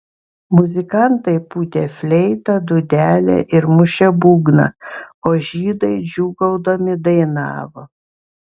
muzikantai pūtė fleitą dūdelę ir mušė būgną o žydai džiūgaudami dainavo